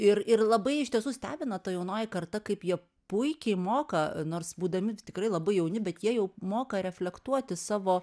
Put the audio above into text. ir ir labai iš tiesų stebina ta jaunoji karta kaip jie puikiai moka nors būdami tikrai labai jauni bet jie jau moka reflektuoti savo